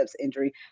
injury